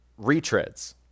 retreads